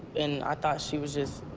and i thought she was just